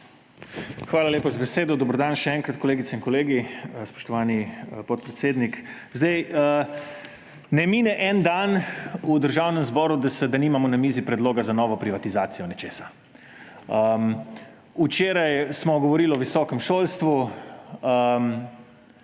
Hvala lepa za besedo. Dober dan še enkrat, kolegice in kolegi, spoštovani podpredsednik! Ne mine en dan v Državnem zboru, da nimamo na mizi predloga za novo privatizacijo nečesa. Včeraj smo govorili o visokem šolstvu.